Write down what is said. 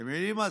אתם יודעים מה?